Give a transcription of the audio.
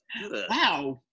Wow